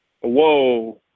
Whoa